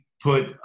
put